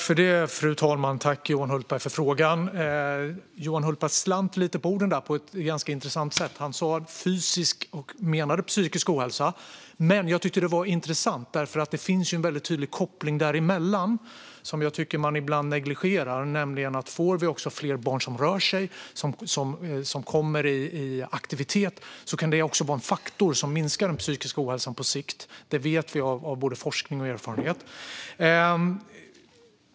Fru talman! Jag tackar Johan Hultberg för frågan. Johan Hultberg slant lite på orden och sa fysisk men menade psykisk ohälsa. Jag tyckte att det var intressant, för det finns ju en tydlig koppling däremellan som man ibland negligerar: Om fler barn rör på sig och blir aktiva kan det bidra till att minska den psykiska ohälsan på sikt. Detta vet vi av både forskning och erfarenhet.